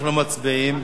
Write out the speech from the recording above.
אנחנו מצביעים